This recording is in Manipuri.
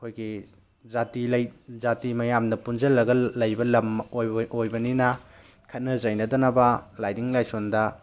ꯑꯩꯈꯣꯏꯒꯤ ꯖꯥꯇꯤ ꯃꯌꯥꯝꯅ ꯄꯨꯟꯖꯤꯜꯂꯒ ꯂꯩꯕ ꯂꯝ ꯑꯣꯏ ꯑꯣꯏꯕꯅꯤꯅ ꯈꯠꯅ ꯆꯩꯅꯗꯅꯕ ꯂꯥꯏꯅꯤꯡ ꯂꯥꯏꯁꯣꯟꯗ